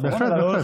בהחלט,